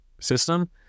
system